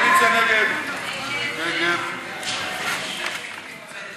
ההסתייגות לחלופין של קבוצת סיעת מרצ